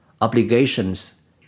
obligations